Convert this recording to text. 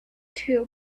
two